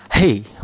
Hey